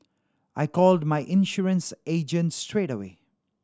I called my insurance agent straight away